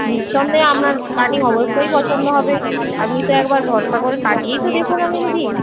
নিঃসন্দেহে আমার কাটিং অবশ্যই পছন্দ হবে আপনি তো একবার ভরসা করে কাটিয়েই তো দেখুন আগে দিদি